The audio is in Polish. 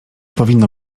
powinno